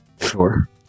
Sure